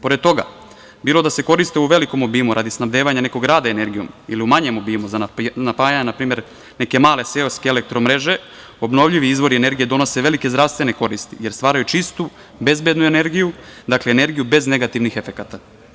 Pored toga, bilo da se koriste u velikom obimu radi snabdevanja nekog rada energijom ili u manjem obimu za napajanja na primer neke male seoske elektromreže obnovljivi izvori energije donose velike zdravstvene koristi jer stvaraju čistu, bezbednu energiju, dakle energiju bez negativnih efekata.